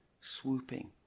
swooping